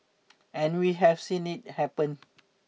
and we have seen it happen